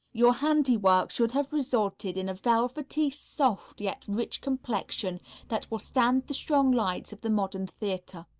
your handiwork should have resulted in a velvety, soft yet rich complexion that will stand the strong lights of the modern theatre.